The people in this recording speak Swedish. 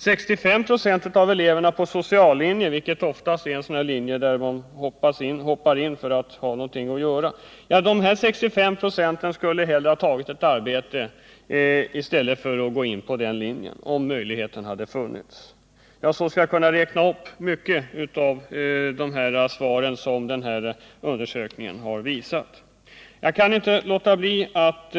65 96 av eleverna på den sociala linjen, vilket är den linje som många hoppar på för att ha någonting att göra, skulle hellre ha tagit ett arbete än att börja studera på den linjen, om denna möjlighet hade funnits. Jag skulle kunna räkna upp flera liknande svar som framkommit vid denna undersökning. Jag kan till slut inte låta bli att